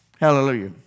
Hallelujah